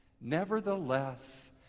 nevertheless